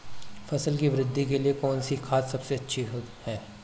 फसल की वृद्धि के लिए कौनसी खाद सबसे अच्छी है?